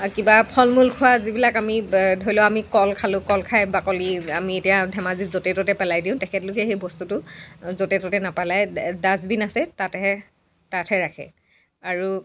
আৰু কিবা ফল মূল খোৱা যিবিলাক আমি ধৰি লওক কল আমি খালোঁ কল খাই বাকলি আমি এতিয়া ধেমাজিত য'তে ত'তে পেলাই দিওঁ তেখেতলোকে সেই বস্তুটো য'তে ত'তে নেপেলায় ডাষ্টবিন আছে তাত হে তাত হে ৰাখে আৰু